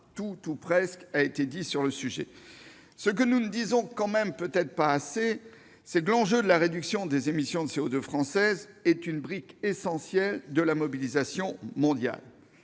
Tout ou presque a été dit sur le sujet. Ce que nous ne disons peut-être pas assez, c'est que l'enjeu de la réduction des émissions de CO2 françaises est une brique essentielle de la mobilisation mondiale.